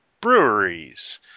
breweries